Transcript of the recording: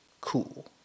cool